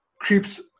creeps